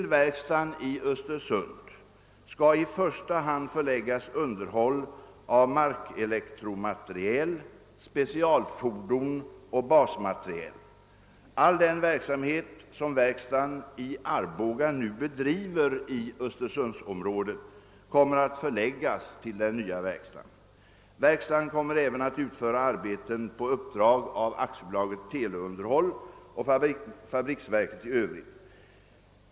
Till verkstaden i Östersund skall i första hand förläggas underhåll av markelektromateriel, specialfordon och basmateriel. All den verksamhet som verkstaden i Arboga nu bedriver i Östersundsområdet kommer att förläggas till den nya verkstaden. Verkstaden kommer även att ut föra arbeten på uppdrag av AB Teleunderhåll och fabriksverket i övrigt.